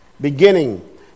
beginning